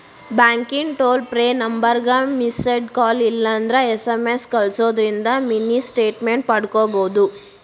ಬ್ಯಾಂಕಿಂದ್ toll free ನಂಬರ್ಗ missed call ಇಲ್ಲಂದ್ರ ಎಸ್.ಎಂ.ಎಸ್ ಕಲ್ಸುದಿಂದ್ರ ಮಿನಿ ಸ್ಟೇಟ್ಮೆಂಟ್ ಪಡ್ಕೋಬೋದು